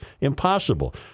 Impossible